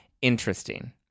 Interesting